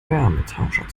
wärmetauscher